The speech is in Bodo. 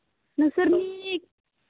नोंसोरनि